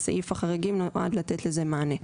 סעיף החריגים נועד לתת לזה מענה.